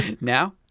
Now